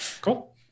Cool